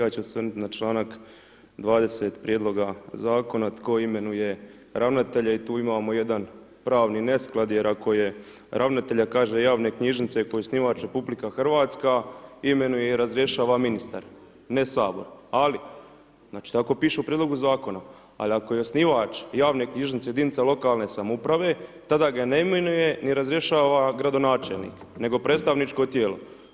Ja ću se osvrnut na članak 20 prijedloga zakona tko imenuje ravnatelja i tu imamo jedan pravni nesklad jer ako je ravnatelja kaže javne knjižnice koji je osnivač RH imenuje i razrješava ministar, ne Sabor, ali tako piše u prijedlog zakona, ali ako je osnivač javne knjižnice jedinica lokalne samouprave, tada ga ne imenuje ni razrješava gradonačelnik, nego predstavničko tijelo.